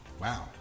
Wow